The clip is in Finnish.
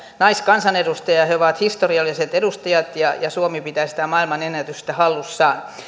naiskansanedustajaa ja he ovat historialliset edustajat ja suomi pitää sitä maailmanennätystä hallussaan